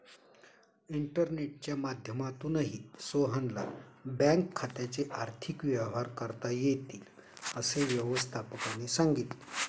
इंटरनेटच्या माध्यमातूनही सोहनला बँक खात्याचे आर्थिक व्यवहार करता येतील, असं व्यवस्थापकाने सांगितले